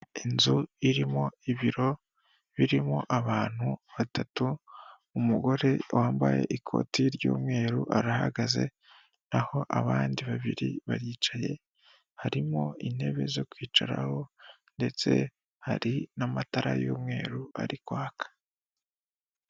Inzu irimo ibiro birimo abantu batatu, umugore wambaye ikoti ry'umweru arahagaze n'aho abandi babiri baricaye, harimo intebe zo kwicaraho ndetse hari n'amatara y'umweru ari kwaka.